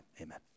amen